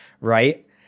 right